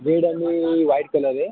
red आणि white colour आहे